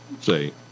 Say